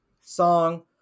song